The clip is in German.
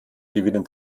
gewinnen